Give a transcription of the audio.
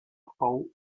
abbau